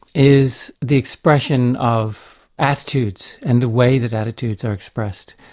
is the expression of attitudes and the way that attitudes are expressed,